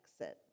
exit